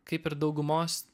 kaip ir daugumos